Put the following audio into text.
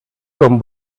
come